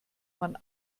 man